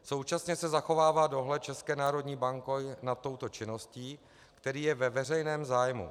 Současně se zachovává dohled České národní banky nad touto činností, který je ve veřejném zájmu.